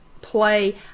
play